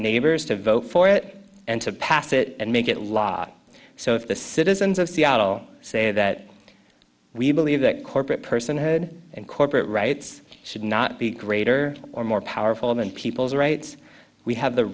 neighbors to vote for it and to pass it and make it law so if the citizens of seattle say that we believe that corporate personhood and corporate rights should not be greater or more powerful than people's rights we have the